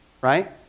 right